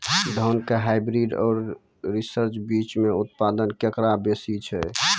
धान के हाईब्रीड और रिसर्च बीज मे उत्पादन केकरो बेसी छै?